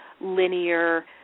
linear